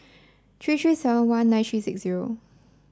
three three seven one nine three six zero